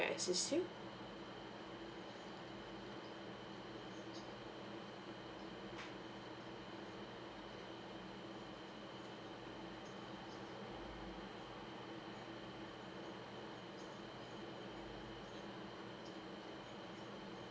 assist you